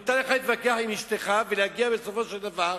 מותר לך להתווכח עם אשתך ולהגיע בסופו של דבר